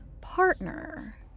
partner